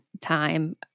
time